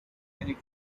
many